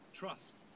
trust